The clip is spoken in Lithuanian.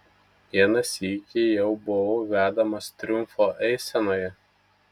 vieną sykį jau buvau vedamas triumfo eisenoje